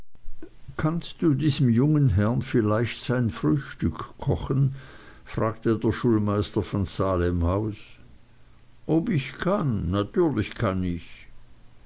kannst du diesem jungen herrn vielleicht sein frühstück kochen fragte der schulmeister von salemhaus ob ich kann natürlich kann ich